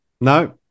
no